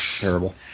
Terrible